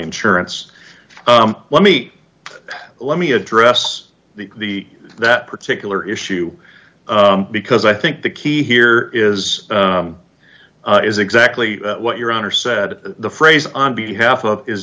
insurance let me let me address the that particular issue because i think the key here is is exactly what your honor said the phrase on behalf